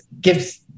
gives